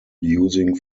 using